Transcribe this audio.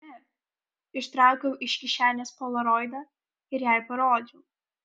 ne ištraukiau iš kišenės polaroidą ir jai parodžiau